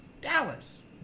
Dallas